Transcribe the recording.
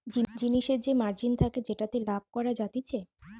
জিনিসের যে মার্জিন থাকে যেটাতে লাভ করা যাতিছে